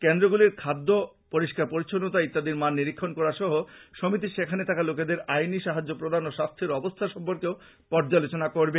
কেন্দ্রগুলির খাদ্য পরিস্কার পরিচ্ছন্নতা ইত্যাদির মান নিরীক্ষন করা সহ সমিতি সেখানে থাকা লোকেদের আইনী সাহায্য প্রদান ও স্বাস্থ্যের অবস্থা সম্পর্কেও পর্যালোচনা করবে